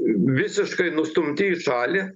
visiškai nustumti į šalį